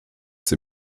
sie